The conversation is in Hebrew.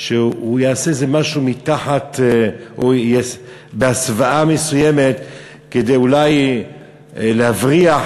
שהוא יעשה איזה משהו מתחת או בהסוואה מסוימת כדי אולי להבריח,